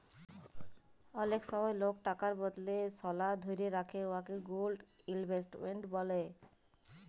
অলেক সময় লক টাকার বদলে সলা ধ্যইরে রাখে উয়াকে গোল্ড ইলভেস্টমেল্ট ব্যলে